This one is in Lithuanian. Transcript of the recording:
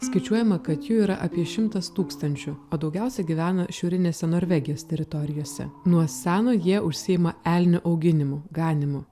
skaičiuojama kad jų yra apie šimtas tūkstančių o daugiausia gyvena šiaurinėse norvegijos teritorijose nuo seno jie užsiima elnių auginimu ganymu